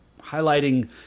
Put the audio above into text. highlighting